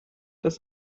das